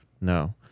No